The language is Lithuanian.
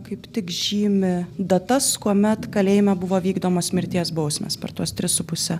kaip tik žymi datas kuomet kalėjime buvo vykdomos mirties bausmės per tuos tris su puse